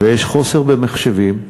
ויש חוסר במחשבים,